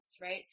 right